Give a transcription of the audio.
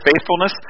faithfulness